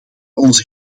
onze